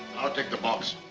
i'll take the box.